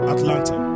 Atlanta